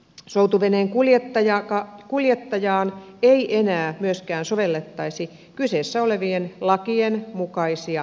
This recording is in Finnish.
soutuveneen kuljettajaan ei enää myöskään sovellettaisi kyseessä olevien lakien mukaisia pätevyysvaatimuksia